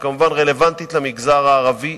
שכמובן רלוונטית למגזר הערבי,